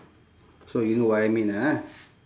so you know what I mean ah